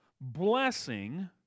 blessing